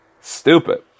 Stupid